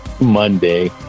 monday